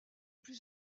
plus